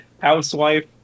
housewife